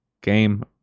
game